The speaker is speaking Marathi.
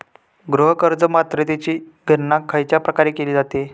गृह कर्ज पात्रतेची गणना खयच्या प्रकारे केली जाते?